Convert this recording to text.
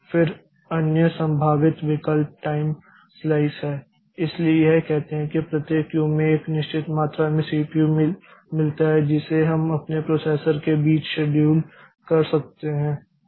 फिर अन्य संभावित विकल्प टाइम स्लाइस है इसलिए यह कहते हैं कि प्रत्येक क्यू में एक निश्चित मात्रा में सीपीयू समय मिलता है जिसे वह अपने प्रोसेसर के बीच शेड्यूल कर सकता है